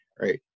right